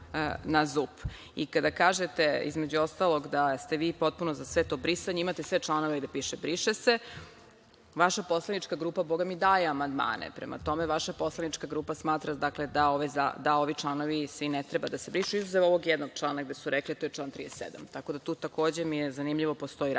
I kada kažete, između ostalog, da ste vi potpuno za sve to brisanje, imate sve članove gde piše briše se, vaša poslanička grupa, bogami, daje amandmane. Prema tome, vaša poslanička grupa smatra da ovi članovi svi ne treba da se brišu, izuzev ovog jednog člana gde su rekli, a to je član 37. Tako da, tu mi je takođe zanimljivo da postoji razlika. Znači,